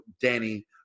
Danny